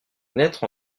naître